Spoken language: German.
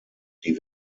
die